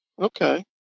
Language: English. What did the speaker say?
Okay